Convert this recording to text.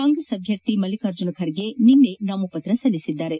ಕಾಂಗ್ರೆಸ್ ಅಭ್ಯರ್ಥಿ ಮಲ್ಲಿಕಾರ್ಜುನ ಖರ್ಗೆ ನಿನ್ನೆ ನಾಮಪತ್ರ ಸಲ್ಲಿಸಿದ್ದಾರೆ